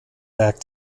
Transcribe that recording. back